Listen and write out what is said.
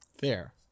Fair